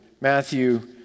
Matthew